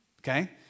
Okay